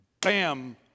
bam